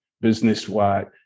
business-wide